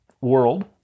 world